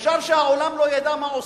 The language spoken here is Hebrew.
אפשר שהעולם לא ידע מה עושים?